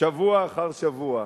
שבוע אחר שבוע.